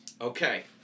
Okay